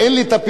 יהודים,